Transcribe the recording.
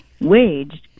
waged